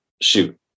shoot